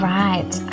right